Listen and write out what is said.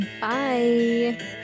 Bye